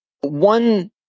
One